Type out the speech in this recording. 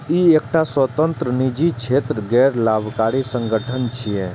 ई एकटा स्वतंत्र, निजी क्षेत्रक गैर लाभकारी संगठन छियै